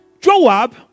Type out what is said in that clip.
Joab